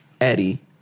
Eddie